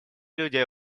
людей